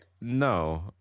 No